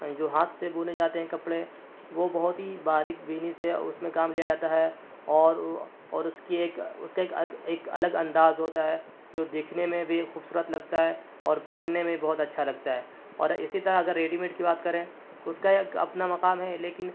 جو ہاتھ سے بنے جاتے ہیں کپڑے وہ بہت ہی باریک بینی سے اس میں کام لیا جاتا ہے اور اس کی ایک اس کا ایک الگ انداز ہوتا ہے جو دیکھنے میں بھی خوبصورت لگتا ہے اور پہننے میں بہت اچھا لگتا ہے اور اسی طرح اگر ریڈیمیڈ کی بات کریں تو اس کا ایک اپنا مقام ہے لیکن